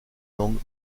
langue